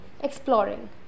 exploring